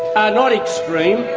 are not extreme.